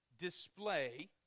display